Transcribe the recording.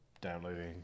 downloading